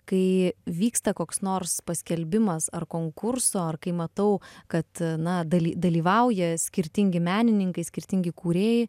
kai vyksta koks nors paskelbimas ar konkurso ar kai matau kad na daly dalyvauja skirtingi menininkai skirtingi kūrėjai